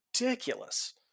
ridiculous